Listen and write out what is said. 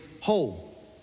whole